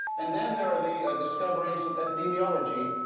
and then there are the discoveries of epidemiology.